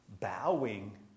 bowing